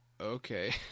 Okay